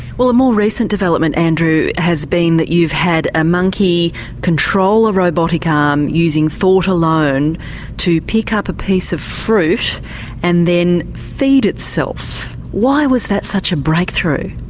well a more recent development, andrew, has been that you've had a monkey control a robotic arm ah um using thought alone to pick up a piece of fruit and then feed itself. why was that such a breakthrough?